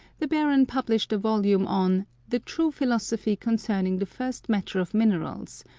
the baron published a volume on the true philosophy concerning the first matter of minerals,